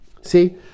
See